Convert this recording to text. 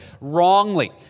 wrongly